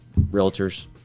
realtors